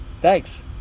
Thanks